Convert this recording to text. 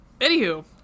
Anywho